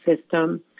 system